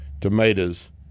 tomatoes